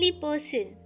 person